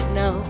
no